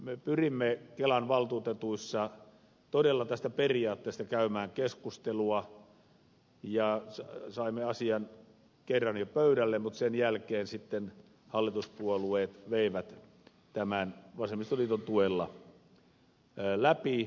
me pyrimme kelan valtuutetuissa todella tästä periaatteesta käymään keskustelua ja saimme asian kerran jo pöydälle mutta sen jälkeen sitten hallituspuolueet veivät tämän vasemmistoliiton tuella läpi